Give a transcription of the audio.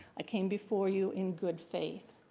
i came before you in good faith.